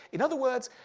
in other words,